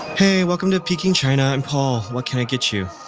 hey. welcome to peking china. i'm paul. what can i get you?